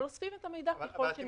אבל אוספים את המידע ככל שניתן.